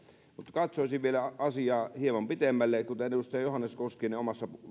katsoisin asiaa vielä hieman pitemmälle kuten edustaja johannes koskinen